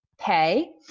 pay